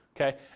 Okay